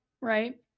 right